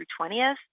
20th